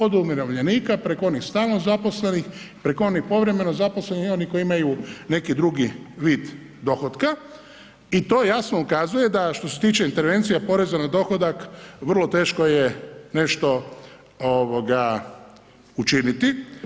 Od umirovljenika preko onih stalno zaposlenih, preko onih povremeno zaposlenih i onih koji imaju neki drugi vid dohotka i to jasno ukazuje da što se tiče intervencija poreza na dohodak vrlo teško je nešto učiniti.